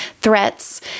threats